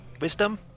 Wisdom